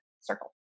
circle